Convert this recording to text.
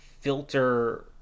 filter